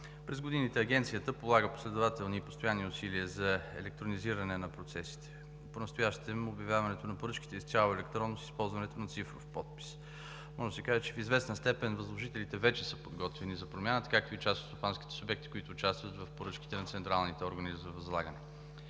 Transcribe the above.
През годините Агенцията полага последователни и постоянни усилия за електронизиране на процесите. Понастоящем обявяването на поръчките е изцяло електронно, с използването на цифров подпис. Може да се каже, че в известна степен възложителите вече са подготвени за промяната, както и част от стопанските субекти, които участват в поръчките на централните органи за възлагане.